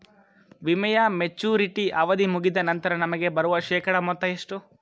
ವಿಮೆಯ ಮೆಚುರಿಟಿ ಅವಧಿ ಮುಗಿದ ನಂತರ ನಮಗೆ ಬರುವ ಶೇಕಡಾ ಮೊತ್ತ ಎಷ್ಟು?